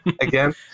again